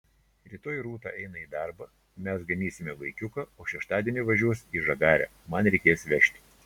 rytoj rūta eina į darbą mes ganysime vaikiuką o šeštadienį važiuos į žagarę man reikės vežti